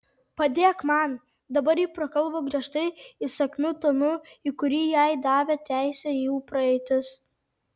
padėk man dabar ji prakalbo griežtai įsakmiu tonu į kurį jai davė teisę jų praeitis